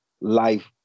life